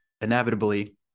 inevitably